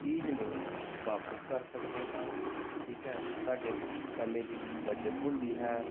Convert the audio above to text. ਚੀਜ਼ ਨੂੰ ਵਾਪਿਸ ਕਰ ਸਕਦੇ ਹਾਂ ਠੀਕ ਹੈ ਸਾਡੇ ਸਮੇਂ ਦੀ ਬੱਚਤ ਹੁੰਦੀ ਹੈ